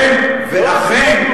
זה בדיוק ההבדל.